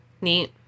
Neat